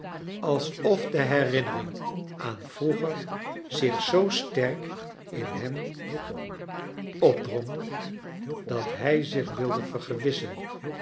alsof de herinnermg aan vroeger zich zoo sterk in hem opdrong dat hij zich wilde